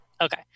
Okay